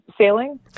sailing